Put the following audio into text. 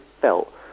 felt